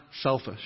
selfish